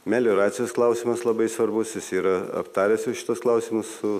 melioracijos klausimas labai svarbus jis yra aptaręs jau šituos klausimus su